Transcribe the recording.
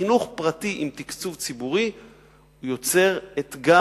חינוך פרטי עם תקצוב ציבורי יוצר אתגר